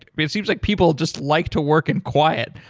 it seems like people just like to work in quiet.